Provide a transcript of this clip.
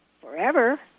forever